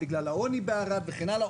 בגלל העוני בערד וכן הלאה.